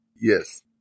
Yes